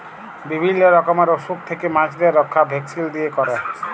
বিভিল্য রকমের অসুখ থেক্যে মাছদের রক্ষা ভ্যাকসিল দিয়ে ক্যরে